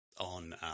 on